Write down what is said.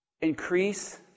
increase